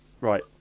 Right